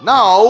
Now